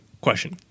Question